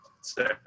say